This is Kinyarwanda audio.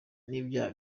n’ibyaha